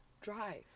Drive